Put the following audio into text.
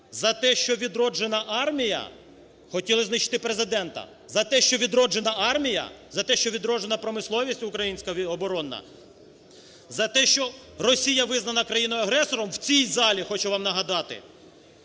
За те що відроджена армія? За те, що відроджена промисловість українська оборонна? За те, що Росія визнана країною-агресором в цій залі, хочу вам нагадати?